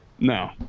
No